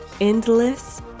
endless